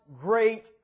great